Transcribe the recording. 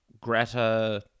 Greta